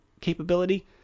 capability